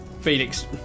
Felix